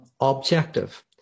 objective